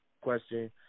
question